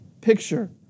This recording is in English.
picture